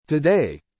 Today